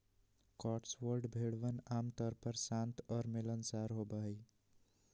Cotswold भेड़वन आमतौर पर शांत और मिलनसार होबा हई